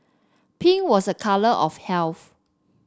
pink was a colour of